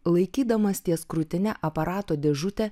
laikydamas ties krūtine aparato dėžutę